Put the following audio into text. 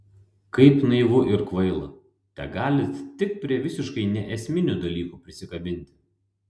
kaip naivu ir kvaila tegalit tik prie visiškai neesminių dalykų prisikabinti